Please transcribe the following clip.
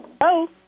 Hello